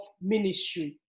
ministry